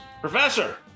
Professor